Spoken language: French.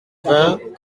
vingt